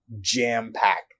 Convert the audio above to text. jam-packed